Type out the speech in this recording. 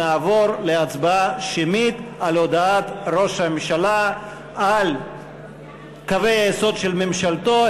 נעבור להצבעה שמית על הודעת ראש הממשלה על קווי היסוד של ממשלתו,